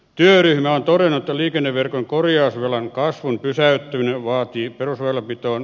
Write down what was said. työryhmä antoi liikenneverkon korjausvelan kasvun pysäyttäminen vaatii perusväylänpitoon